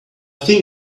think